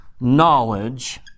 knowledge